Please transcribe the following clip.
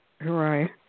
Right